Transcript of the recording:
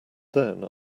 then